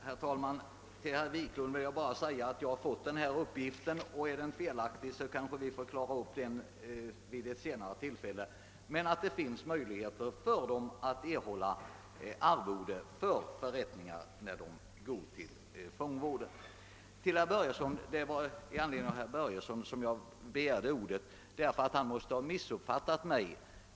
Herr talman! Till herr Wiklund vill jag bara säga att detta var en uppgift som jag har fått; är den felaktig får vi väl klara ut det vid ett senare tillfälle. Men det finns möjligheter för katolska präster att erhålla arvode när de fullgör förrättningar inom fångvården. Det var närmast med anledning av herr Börjessons anförande som jag begärde ordet. Herr Börjesson måste ha missuppfattat mig.